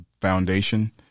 foundation